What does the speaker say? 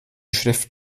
schrift